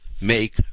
make